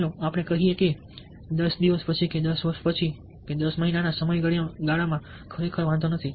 ચાલો આપણે કહીએ કે 10 દિવસ પછી કે 10 વર્ષ પછી 10 મહિના ના સમયગાળામાં ખરેખર વાંધો નથી